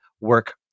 work